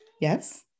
Yes